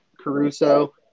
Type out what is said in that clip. Caruso